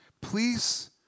Please